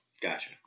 Gotcha